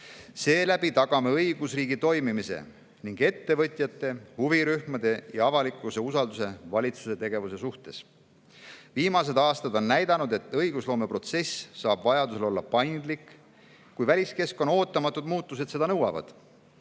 Seeläbi tagame õigusriigi toimimise ning ettevõtjate, huvirühmade ja avalikkuse usalduse valitsuse tegevuse suhtes. Viimased aastad on näidanud, et õigusloome protsess saab olla paindlik, kui seda nõuavad väliskeskkonna ootamatud muutused, olgu